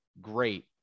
great